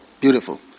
Beautiful